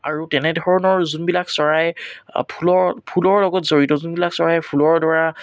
আৰু তেনেধৰণৰ যোনবিলাক চৰাই ফুলৰ ফুলৰ লগত জড়িত যোনবিলাক চৰাই ফুলৰ দ্বাৰা